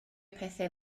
pethau